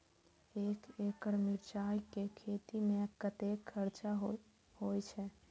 एक एकड़ मिरचाय के खेती में कतेक खर्च होय छै?